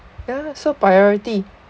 ya so priority